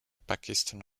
pakistan